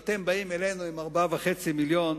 אתם באים אלינו עם 4.5 מיליונים,